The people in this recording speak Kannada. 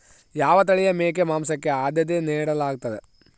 ಯಾವ ತಳಿಯ ಮೇಕೆ ಮಾಂಸಕ್ಕೆ, ಆದ್ಯತೆ ನೇಡಲಾಗ್ತದ?